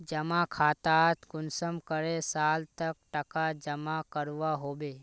जमा खातात कुंसम करे साल तक टका जमा करवा होबे?